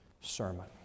sermon